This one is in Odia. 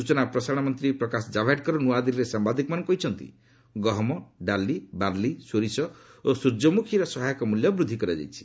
ସୂଚନା ଓ ପ୍ରସାରଣ ମନ୍ତ୍ରୀ ପ୍ରକାଶ କାଭ୍ଡେକର ନୂଆଦିଲ୍ଲୀରେ ସାମ୍ବାଦିକମାନଙ୍କୁ କହିଛନ୍ତି ଗହମ ଡାଲି ବାର୍ଲି ସୋରିଷ ଓ ସ୍ୱର୍ଯ୍ୟମୁଖୀର ସହାୟକ ମୂଲ୍ୟ ବୃଦ୍ଧି କରାଯାଇଛି